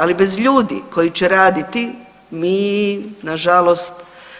Ali bez ljudi koji će raditi mi na žalost